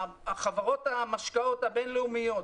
כלומר: "התעשייה של חברות המשקאות הבינלאומית